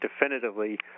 definitively